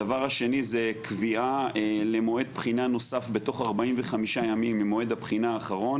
הדבר השני זה קביעה למועד בחינה נוסף בתוך 45 ימים ממועד הבחינה האחרון.